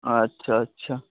ᱟᱪᱷᱟ ᱟᱪᱷᱟ